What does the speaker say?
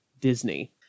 Disney